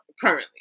currently